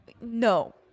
No